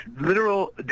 literal